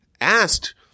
asked